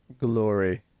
glory